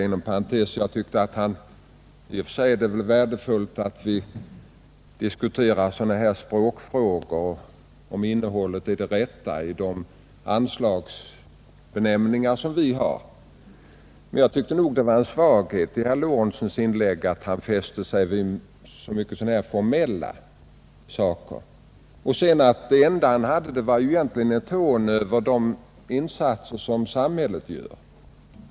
Inom parentes sagt är det väl i och för sig värdefullt att vi diskuterar språkfrågor och försöker klara ut om innehållet är det rätta i anslagsbenämningarna, men jag tyckte att det var en svaghet i herr Lorentzons inlägg att han fäste sig så mycket vid formella saker. Det enda han hade att tillföra debatten var egentligen ett hån av de insatser samhället gör.